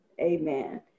Amen